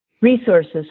resources